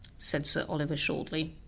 said sir oliver shortly,